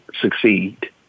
succeed